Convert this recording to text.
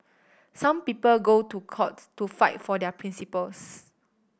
some people go to court to fight for their principles